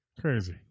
crazy